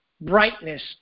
brightness